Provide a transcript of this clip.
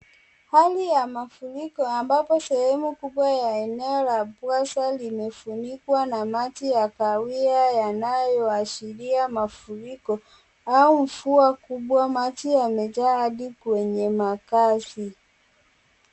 Hali ya mafuriko ambapo sehumu kubwa ya eneo la bweza limefunikwa na maji ya kawahia yanayoashiria mafuriko au mvua kubwa maji yamejaa hadi kwenye makazi.